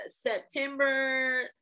September